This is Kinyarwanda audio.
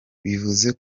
bivuze